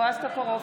בועז טופורובסקי,